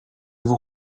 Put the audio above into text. vous